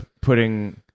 putting